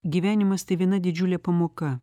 gyvenimas tai viena didžiulė pamoka